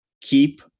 keep